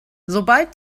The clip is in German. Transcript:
sobald